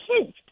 kids